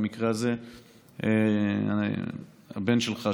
במקרה הזה הבן שלך,